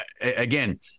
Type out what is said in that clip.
again